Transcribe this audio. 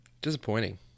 Disappointing